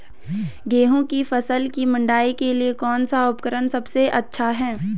गेहूँ की फसल की मड़ाई के लिए कौन सा उपकरण सबसे अच्छा है?